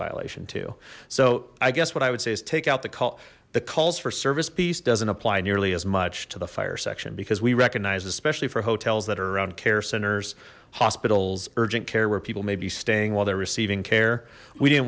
violation too so i guess what i would say is take out the call the calls for service piece doesn't apply nearly as much to the fire section because we recognize especially for hotels that are around care centers hospitals urgent care where people may be staying while they're receiving care we didn't